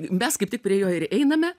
mes kaip tik prie jo ir einame